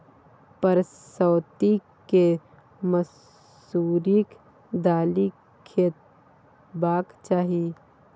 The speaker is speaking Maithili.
परसौती केँ मसुरीक दालि खेबाक चाही